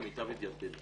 למיטב ידיעתי.